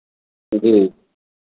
जी